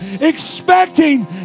expecting